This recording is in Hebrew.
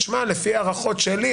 תשמע לפי ההערכות שלי,